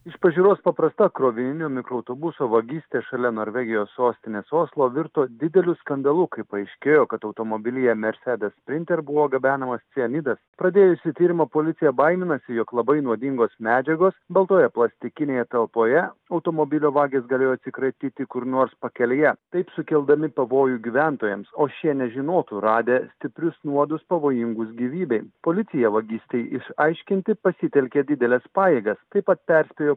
iš pažiūros paprasta krovininio mikroautobuso vagystė šalia norvegijos sostinės oslo virto dideliu skandalu kai paaiškėjo kad automobilyje mersedes sprinter buvo gabenamas cianidas pradėjusi tyrimą policija baiminasi jog labai nuodingos medžiagos baltoje plastikinėje talpoje automobilio vagys galėjo atsikratyti kur nors pakelėje taip sukeldami pavojų gyventojams o šie nežinotų radę stiprius nuodus pavojingus gyvybei policija vagystei išaiškinti pasitelkė dideles pajėgas taip pat perspėjo